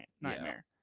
nightmare